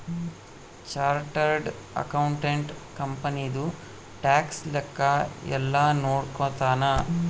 chartered accountant ಕಂಪನಿದು tax ಲೆಕ್ಕ ಯೆಲ್ಲ ನೋಡ್ಕೊತಾನ